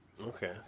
Okay